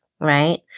right